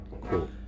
cool